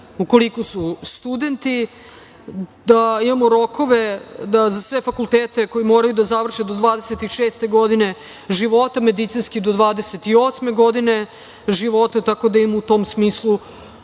ukoliko su studenti. Da imamo rokove da za sve fakultete koji moraju da završe do 26 godine života, medicinski do 28 godine života, tako da im u tom smislu